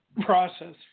process